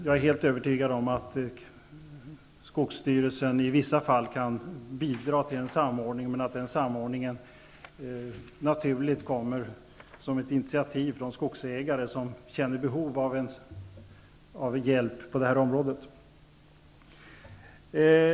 Jag är helt övertygad om att skogsstyrelsen i vissa fall kan bidra till en samordning men att den samordningen naturligt kommer som ett initiativ från skogsägare som känner behov av hjälp på det här området.